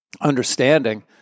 understanding